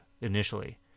initially